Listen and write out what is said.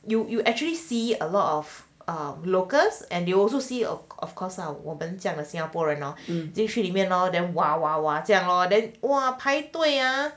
you you actually see a lot of locals err and you also see or of course lah 我们这样的新加坡人进去里面 loh theh !wah! !wah! !wah! lor then 排队 ah